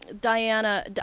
Diana